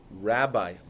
Rabbi